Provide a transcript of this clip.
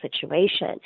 situation